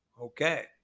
Okay